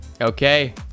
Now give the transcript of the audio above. Okay